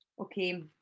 Okay